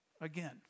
Again